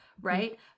right